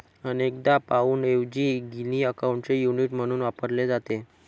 अनेकदा पाउंडऐवजी गिनी अकाउंटचे युनिट म्हणून वापरले जाते